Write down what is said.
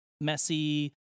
messy